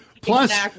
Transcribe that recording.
Plus